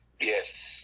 Yes